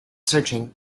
searching